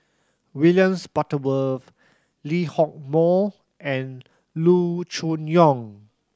William Butterworth Lee Hock Moh and Loo Choon Yong